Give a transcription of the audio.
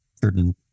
certain